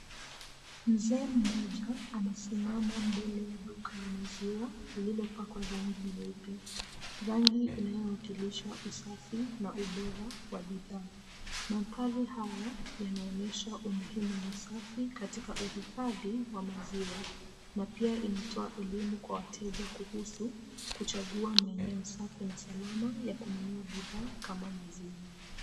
Mzee mmoja amesimama mbele ya duka na maziwa lililopakwa rangi nyeupe. Rangi inayowakilisha usafi na ubora wa bidhaa. Mandhari haya yanaonyesha umuhimu wa usafi katika uhifadhi wa maziwa na pia inatoa elimu kwa wateja kuhusu kuchagua maeneo safi na salama ya kununua bidhaa kama maziwa.